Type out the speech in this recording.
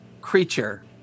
creature